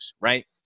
right